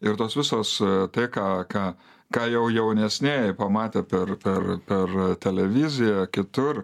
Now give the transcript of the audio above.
ir tos visos tai ką ką ką jau jaunesnieji pamatė per per per televiziją kitur